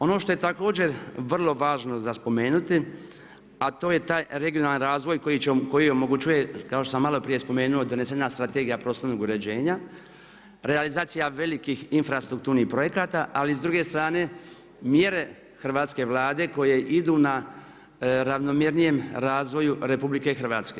Ono što je također vrlo važno za spomenuti, a to je taj regionalni razvoj koji omogućuje kao što sam malo prije spomenuo, donesena strategija prostornog uređenja, realizacija velikih infrastrukturnih projekata, ali s druge strane, mjere hrvatske Vlade koje idu na ravnomjernijem razvoju RH.